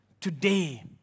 today